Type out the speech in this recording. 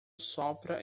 sopra